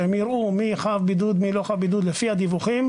שהם יראו מי חב בידוד ומי לא חב בידוד לפי הדיווחים,